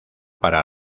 para